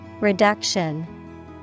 Reduction